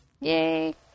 Yay